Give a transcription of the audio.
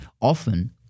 Often